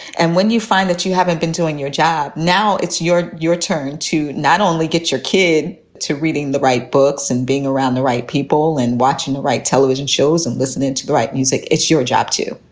and when you find that you haven't been doing your job, now it's your your turn to not only get your kid to reading the right books and being around the right people and watching the right television shows and listening to the right music, it's your job to